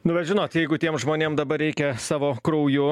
nu bet žinot jeigu tiem žmonėm dabar reikia savo krauju